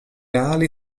ali